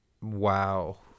wow